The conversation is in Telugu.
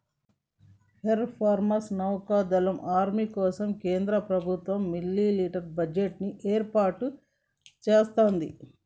ఎయిర్ ఫోర్సు, నౌకా దళం, ఆర్మీల కోసం కేంద్ర ప్రభుత్వం మిలిటరీ బడ్జెట్ ని ఏర్పాటు సేత్తది